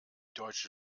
deutsche